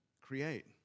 create